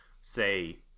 say